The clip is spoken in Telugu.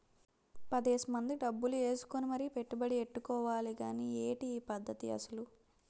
పదేసి మంది డబ్బులు ఏసుకుని మరీ పెట్టుబడి ఎట్టుకోవాలి గానీ ఏటి ఈ పద్దతి అసలు?